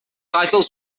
titles